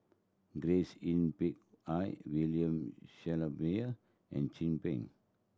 Grace Yin Peck Ha William Shellabear and Chin Peng